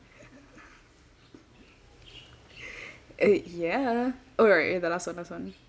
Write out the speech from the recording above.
eh yeah alright the last one last one